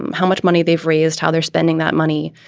and how much money they've raised, how they're spending that money,